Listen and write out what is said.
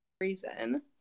reason